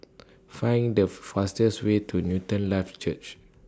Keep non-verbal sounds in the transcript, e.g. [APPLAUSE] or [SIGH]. Find The [NOISE] fastest Way to Newton Life Church